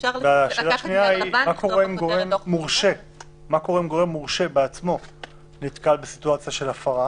שאלה שנייה מה אם גורם מורשה בעצמו נתקל בסיטואציה של הפרה?